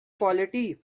quality